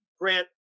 Grant